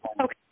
okay